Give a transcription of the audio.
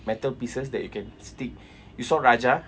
metal pieces that you can stick you saw raja